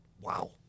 wow